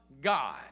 God